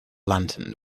lantern